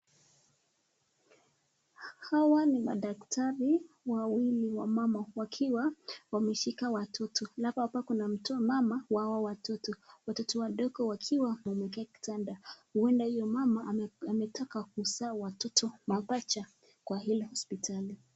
Hawa ni madaktari wawili wamama wakiwa wameshika watoto, halafu hapa kuna mtu mama wa hao watoto. Watoto wadogo wakiwa wanaelekea kwa kitanda ,huenda huyo mama ametoka kuzaa watoto mapacha kwa hilo hosiptali.